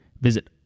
Visit